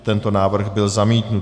Tento návrh byl zamítnut.